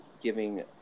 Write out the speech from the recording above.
giving